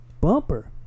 bumper